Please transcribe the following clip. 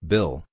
Bill